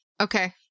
Okay